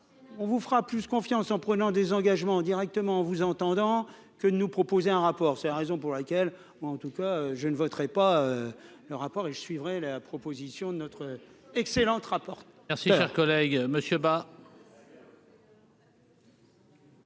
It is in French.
on vous fera plus confiance en prenant des engagements directement en vous entendant que nous proposer un rapport, c'est la raison pour laquelle, moi en tout cas je ne voterai pas le rapport et je suivrai la proposition de notre excellente rapporte.